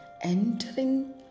entering